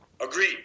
Agreed